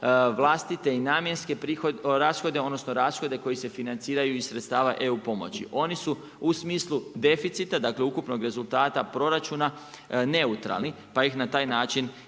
vlastite i namjenske rashode, odnosno, rashode koje se financiraju iz sredstava EU pomoći. Oni su u smislu deficita, dakle, ukupnog rezultata proračuna neutralni, pa ih i na taj način i